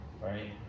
right